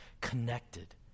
connected